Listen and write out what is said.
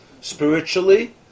Spiritually